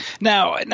Now